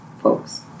folks